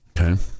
Okay